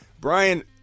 brian